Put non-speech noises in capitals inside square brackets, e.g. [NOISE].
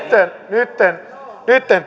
ja nytten [UNINTELLIGIBLE]